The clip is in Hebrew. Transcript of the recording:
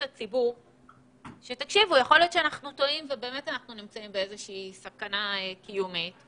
יכול להיות שאנחנו טועים ובאמת נמצאים בסכנה קיומית.